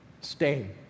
stain